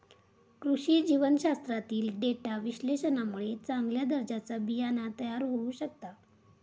कृषी जीवशास्त्रातील डेटा विश्लेषणामुळे चांगल्या दर्जाचा बियाणा तयार होऊ शकता